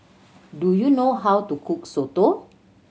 do you know how to cook soto